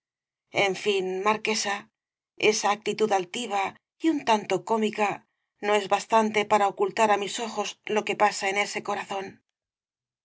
en fin marquesa esa actitud altiva y un tanto cómica no es bastante para ocultar á mis ojos lo que pasa en ese corazón